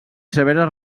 severes